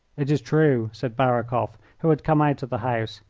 it is true, said barakoff, who had come out of the house.